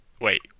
Wait